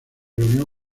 reunió